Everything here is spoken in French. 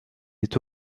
est